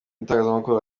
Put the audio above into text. itangazamakuru